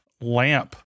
lamp